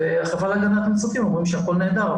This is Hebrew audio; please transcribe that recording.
והחברה להגנת מצוקים אומרים שהכול נהדר,